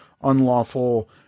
unlawful